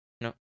No